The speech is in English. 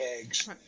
eggs